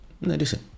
listen